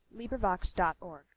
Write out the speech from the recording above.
LibriVox.org